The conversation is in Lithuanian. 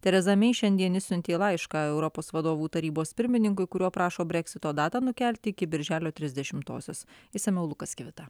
tereza mei šiandien išsiuntė laišką europos vadovų tarybos pirmininkui kuriuo prašo breksito datą nukelti iki birželio trisdešimtosios išsamiau lukas kivita